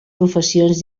professions